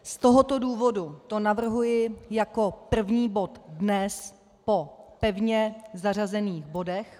Z tohoto důvodu to navrhuji jako první bod dnes po pevně zařazených bodech.